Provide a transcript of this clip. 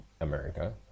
America